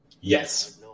Yes